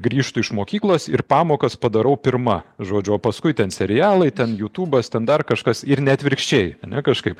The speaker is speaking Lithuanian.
grįžtu iš mokyklos ir pamokas padarau pirma žodžiu o paskui ten serialai ten jūtūbas ten dar kažkas ir ne atvirkščiai ane kažkaip